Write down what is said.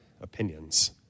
opinions